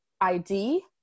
ID